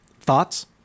Thoughts